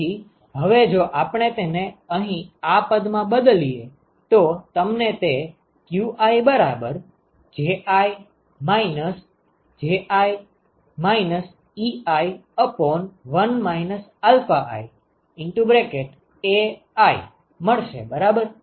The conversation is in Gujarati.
તેથી હવે જો આપણે તેને અહીં આ પદ માં બદલીએ તો તમને તે qiJi Ji Ei1 iAi મળશે બરાબર